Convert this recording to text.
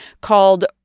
called